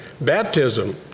Baptism